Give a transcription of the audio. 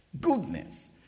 goodness